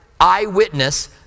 eyewitness